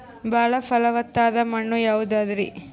ಬಾಳ ಫಲವತ್ತಾದ ಮಣ್ಣು ಯಾವುದರಿ?